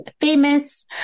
famous